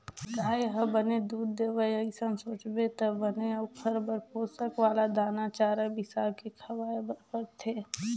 गाय ह बने दूद देवय अइसन सोचबे त बने ओखर बर पोसक वाला दाना, चारा बिसाके खवाए बर परथे